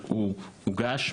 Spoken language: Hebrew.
הוא הוגש,